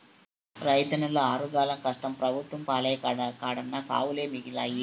రైతన్నల ఆరుగాలం కష్టం పెబుత్వం పాలై కడన్నా సావులే మిగిలాయి